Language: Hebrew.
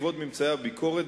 בעקבות ממצאי הביקורת,